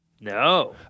No